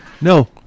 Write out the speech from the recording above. No